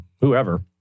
whoever